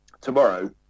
tomorrow